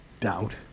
doubt